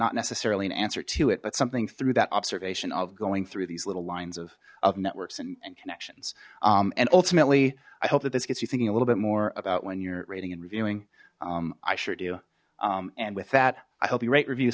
not necessarily an answer to it but something through that observation of going through these little lines of of networks and connections and ultimately i hope that this gets you thinking a little bit more about when you're rating and reviewing i sure do and with that i hope you rate review